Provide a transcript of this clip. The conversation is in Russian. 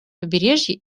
побережье